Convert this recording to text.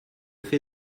fait